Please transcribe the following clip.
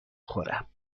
خورم